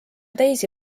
teisi